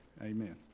amen